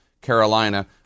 Carolina